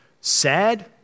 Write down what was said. sad